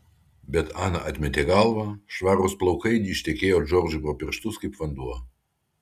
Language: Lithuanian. bet ana atmetė galvą švarūs plaukai ištekėjo džordžui pro pirštus kaip vanduo